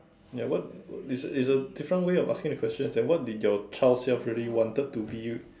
ya what is the is the different way of asking the question and what did your child self really wanted to be